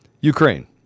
Ukraine